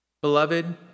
Beloved